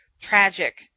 tragic